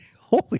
Holy